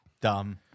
Dumb